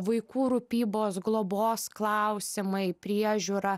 vaikų rūpybos globos klausimai priežiūra